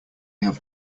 have